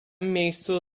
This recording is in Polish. miejscu